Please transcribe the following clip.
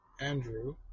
Andrew